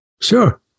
Sure